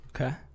Okay